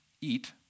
eat